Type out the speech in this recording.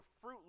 fruit